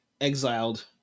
exiled